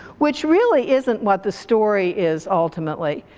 which really isn't what the story is ultimately,